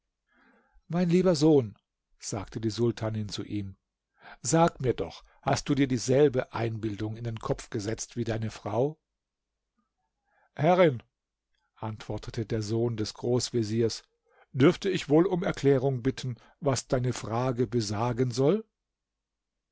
mein lieber sohn sagte die sultanin zu ihm sag mir doch hast du dir dieselbe einbildung in den kopf gesetzt wie deine frau herrin antwortete der sohn des großveziers dürfte ich wohl um erklärung bitten was deine frage besagen soll